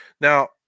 Now